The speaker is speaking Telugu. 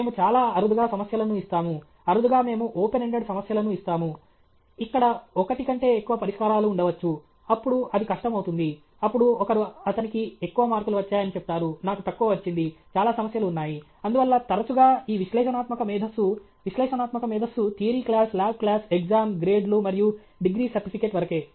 మేము చాలా అరుదుగా సమస్యలను ఇస్తాము అరుదుగా మేము ఓపెన్ ఎండెడ్ సమస్యలను ఇస్తాము ఇక్కడ ఒకటి కంటే ఎక్కువ పరిష్కారాలు ఉండవచ్చు అప్పుడు అది కష్టమవుతుంది అప్పుడు ఒకరు అతనికి ఎక్కువ మార్కులు వచ్చాయని చెప్తారు నాకు తక్కువ వచ్చింది చాలా సమస్యలు ఉన్నాయి అందువల్ల తరచుగా ఈ విశ్లేషణాత్మక మేధస్సు విశ్లేషణాత్మక మేధస్సు theory class lab class exam గ్రేడ్లు మరియు డిగ్రీ సర్టిఫికేట్ వరకే